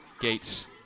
Gates